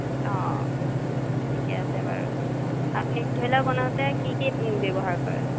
অঁ ঠিকে আছে বাৰু আপুনি মিঠৈ লাড়ু বনাওঁতে কি কি ব্যৱহাৰ কৰে